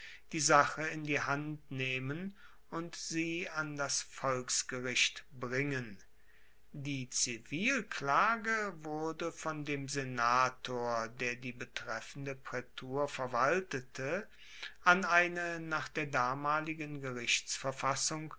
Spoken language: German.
die sache in die hand nehmen und sie an das volksgericht bringen die zivilklage wurde von dem senator der die betreffende praetur verwaltete an eine nach der damaligen